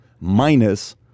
minus